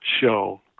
show